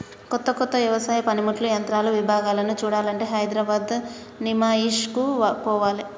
కొత్త కొత్త వ్యవసాయ పనిముట్లు యంత్రాల విభాగాలను చూడాలంటే హైదరాబాద్ నిమాయిష్ కు పోవాలే